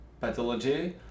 pathology